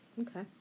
Okay